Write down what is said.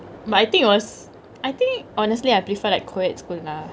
but I think it was I think honestly I prefer like co-ed school lah